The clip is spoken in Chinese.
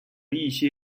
一些